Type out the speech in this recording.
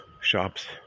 shops